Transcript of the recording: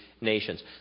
nations